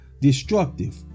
destructive